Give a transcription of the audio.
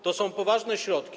To są poważne środki.